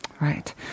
Right